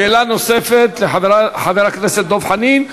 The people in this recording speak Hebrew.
שאלה נוספת לחבר הכנסת דב חנין,